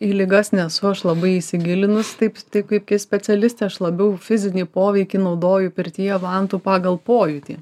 į ligas nesu aš labai įsigilinus taip tik kaip specialistė aš labiau fizinį poveikį naudoju pirtyje vantų pagal pojūtį